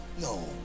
No